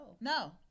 No